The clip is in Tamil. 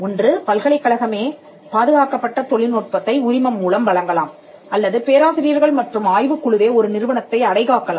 ஒன்று பல்கலைக் கழகமே பாதுகாக்கப்பட்ட தொழில்நுட்பத்தை உரிமம் மூலம் வழங்கலாம் அல்லது பேராசிரியர்கள் மற்றும் ஆய்வுக் குழுவே ஒரு நிறுவனத்தை அடைகாக்கலாம்